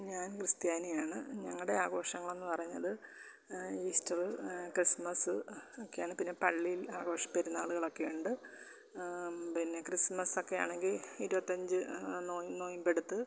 ഞാൻ ക്രിസ്ത്യാനിയാണ് ഞങ്ങളുടെ ആഘോഷങ്ങളെന്ന് പറഞ്ഞത് ഈസ്റ്ററ് ക്രിസ്സ്മസ്സ് ഒക്കെയാണ് പിന്നെ പള്ളിയിൽ ആഘോഷ പെരുന്നാളുകളൊക്കെയുണ്ട് പിന്നെ ക്രിസ്സ്മസൊക്കെ ആണെങ്കിൽ ഇരുപത്തഞ്ച് നോയിമ്പെടുത്ത്